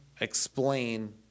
explain